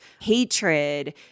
hatred